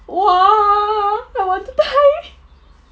!wah! I want to die